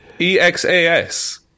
E-X-A-S